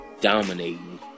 dominating